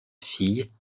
fille